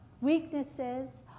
weaknesses